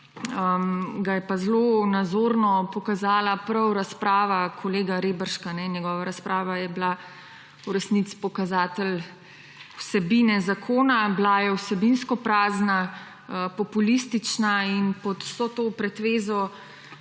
ga je pa zelo nazorno pokazala prav razprava kolega Reberška. Njegova razprava je bila v resnici pokazatelj vsebine zakona, bila je vsebinsko prazna, populistična in pod vso to pretvezo